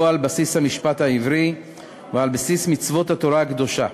על בסיס המשפט העברי ועל בסיס מצוות התורה הקדושה.